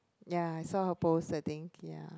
ya I saw her post I think ya